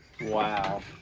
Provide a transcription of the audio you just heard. Wow